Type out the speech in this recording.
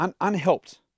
unhelped